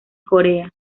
corea